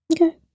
Okay